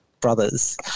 brothers